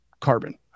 carbon